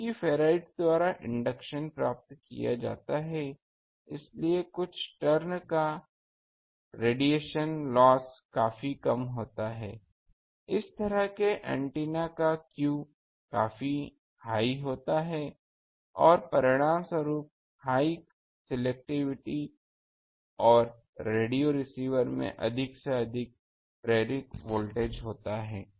चूँकि फेराइट द्वारा इंडक्शन प्राप्त किया जाता है इसलिए कुछ टर्न का रेजिस्टेंस लॉस काफी कम होता है इस तरह के एंटीना का Q काफी हाई होता है और परिणामस्वरूप हाई सेलेक्टिविटी और रेडियो रिसीवर में अधिक से अधिक प्रेरित वोल्टेज होता है